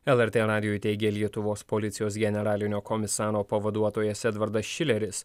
lrt radijui teigė lietuvos policijos generalinio komisaro pavaduotojas edvardas šileris